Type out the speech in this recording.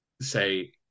say